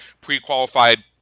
pre-qualified